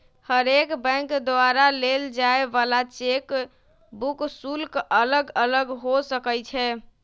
हरेक बैंक द्वारा लेल जाय वला चेक बुक शुल्क अलग अलग हो सकइ छै